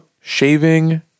shaving